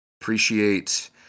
appreciate